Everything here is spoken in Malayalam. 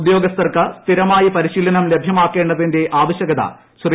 ഉദ്യോഗസ്ഥ്ർക്ക് സ്ഥിരമായി പരിശീലനം ലഭ്യമാക്കേണ്ടതിന്റെ ആവശ്യകത ശ്രീ